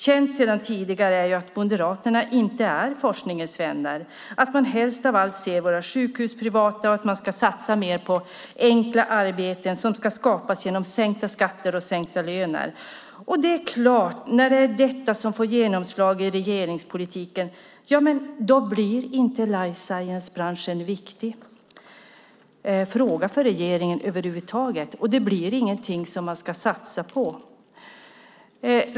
Känt sedan tidigare är att Moderaterna inte är forskningens vänner, att man helst av allt ser att våra sjukhus är privata och att man ska satsa mer på enkla arbeten som ska skapas genom sänkta skatter och sänkta löner. När detta får genomslag i regeringspolitiken är det klart att inte life science-branschen blir en viktig fråga för regeringen över huvud taget. Det blir ingenting som man ska satsa på.